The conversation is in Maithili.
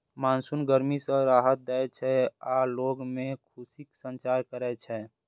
मानसून गर्मी सं राहत दै छै आ लोग मे खुशीक संचार करै छै